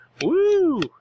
Woo